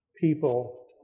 people